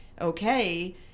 okay